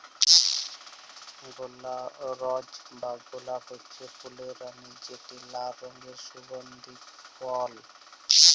রজ বা গোলাপ হছে ফুলের রালি যেট লাল রঙের সুগল্ধি ফল